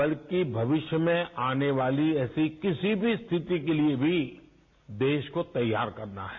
बल्कि भविष्य में आने वाली ऐसी किसी भी स्थिति के लिए भी देश को तैयार करना है